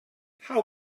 how